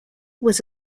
was